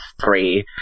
three